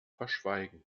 verschweigen